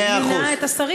מאה אחוז.